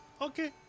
Okay